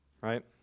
right